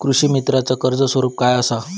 कृषीमित्राच कर्ज स्वरूप काय असा?